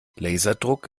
laserdruck